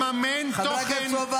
אתה לא מייצג --- חבר הכנסת סובה.